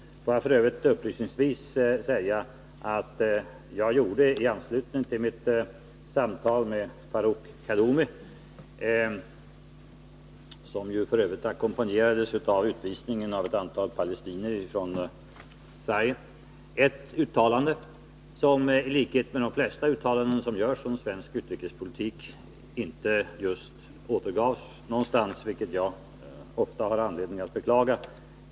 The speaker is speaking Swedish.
Får jag upplysningsvis säga att i anslutning till mitt samtal med Farouk Kaddoumi, som ju f.ö. ackompanjerades av utvisningen av ett antal palestinier från Sverige, gjorde jag ett uttalande som inte just återgavs någonstans — i likhet med de flesta uttalanden som görs om svensk utrikespolitik, vilket jag ofta har anledning att beklaga.